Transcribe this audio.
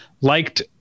liked